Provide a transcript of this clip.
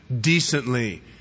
decently